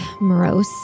morose